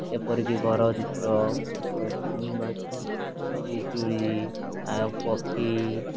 ଏପରିକି ଘର ଚିତ୍ର ପିଜୁଳି ଆଉ ପକ୍ଷୀ